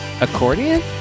Accordion